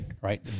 Right